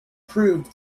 proved